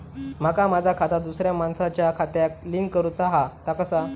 माका माझा खाता दुसऱ्या मानसाच्या खात्याक लिंक करूचा हा ता कसा?